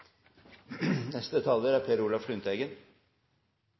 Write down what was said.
Neste taler er representanten Per Olaf Lundteigen,